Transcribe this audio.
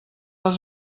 les